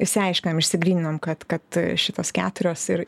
išsiaiškinom išsigryninom kad kad šitos keturios ir